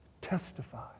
testify